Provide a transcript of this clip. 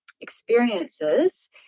experiences